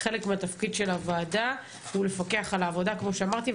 חלק מהתפקיד של הוועדה הוא לפקח על העבודה כמו שאמרתי,